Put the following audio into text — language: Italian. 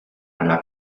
alla